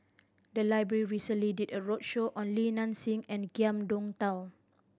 the library recently did a roadshow on Li Nanxing and Ngiam Tong Dow